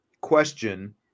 question